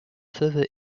further